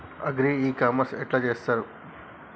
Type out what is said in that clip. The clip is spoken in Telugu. అగ్రి ఇ కామర్స్ ఎట్ల చేస్తరు?